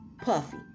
Puffy